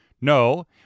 No